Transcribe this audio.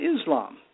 Islam